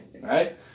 Right